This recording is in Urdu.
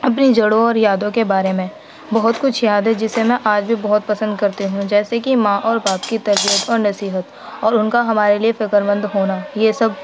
اپنی جڑوں اور یادوں کے بارے میں بہت کچھ یاد ہے جسے میں آج بھی بہت پسند کرتی ہوں جیسے کی ماں اور باپ کی تربیت اور نصیحت اور ان کا ہمارے لیے فکر مند ہونا یہ سب